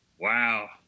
Wow